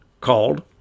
called